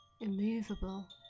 immovable